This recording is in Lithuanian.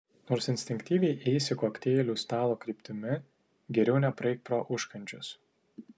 nors instinktyviai eisi kokteilių stalo kryptimi geriau nepraeik pro užkandžius